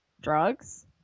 drugs